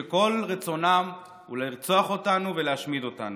שכל רצונן הוא לרצוח אותנו ולהשמיד אותנו.